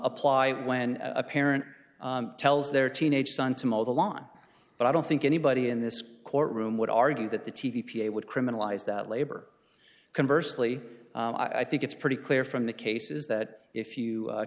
apply when a parent tells their teenage son to mow the lawn but i don't think anybody in this courtroom would argue that the t v p a would criminalize that labor converse lee i think it's pretty clear from the cases that if you